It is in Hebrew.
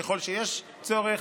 ככל שיש צורך,